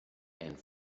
and